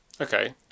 Okay